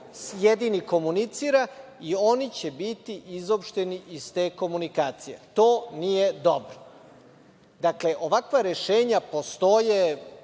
jedini komunicira i oni će biti izopšteni iz te komunikacije. To nije dobro. Ovakva rešenja postoje